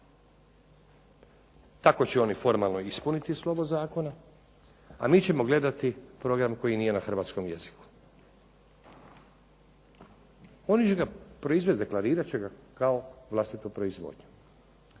Tako će oni formalno ispuniti slovo zakona, a mi ćemo gledati program koji nije na hrvatskom jeziku. Oni će ga proizvest, deklarirat će ga kao vlastitu proizvodnju.